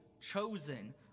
chosen